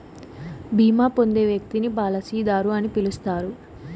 బీమా పొందే వ్యక్తిని పాలసీదారు అని పిలుస్తారు